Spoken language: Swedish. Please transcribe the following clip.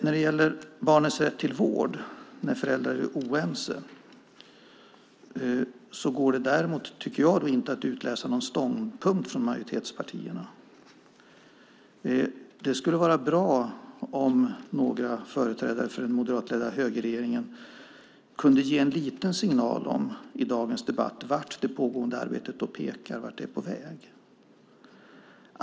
När det gäller barnens rätt till vård när föräldrar är oense går det inte att utläsa någon ståndpunkt från majoritetspartierna. Det skulle vara bra om några företrädare för den moderatledda högerregeringen kunde ge en liten signal i dagens debatt om vart det pågående arbetet är på väg.